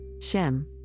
Shem